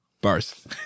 Bars